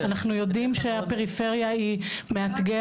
אנחנו יודעים שהפריפריה היא מאתגרת.